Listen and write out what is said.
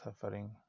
suffering